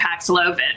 Paxlovid